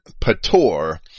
Pator